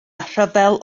rhyfel